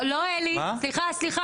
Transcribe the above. לא אלי, סליחה.